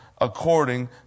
according